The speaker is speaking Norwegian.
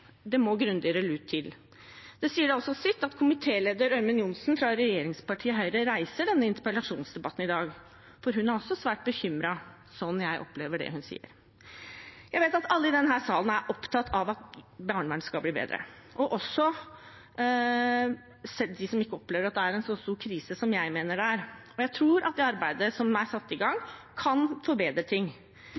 det må sterkere lut til. Det sier sitt at komitéleder Ørmen Johnsen fra regjeringspartiet Høyre reiser denne interpellasjonsdebatten i dag, for hun er også svært bekymret, slik jeg opplever det hun sier. Jeg vet at alle i denne salen er opptatt av at barnevernet skal bli bedre, også de som ikke opplever at det er så stor krise som jeg mener det er. Jeg tror at det arbeidet som er satt i gang, kan forbedre ting,